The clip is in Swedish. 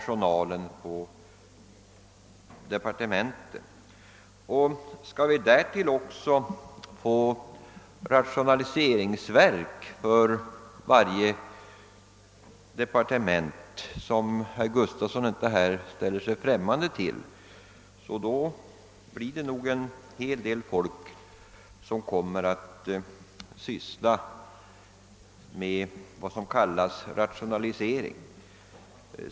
Skall vi därtill också införa ett rationaliseringsverk för varje departement — en tanke som herr Gustafsson inte var främmande för — blir det nog en hel del folk som kommer att syssla med vad som kallas rationalisering.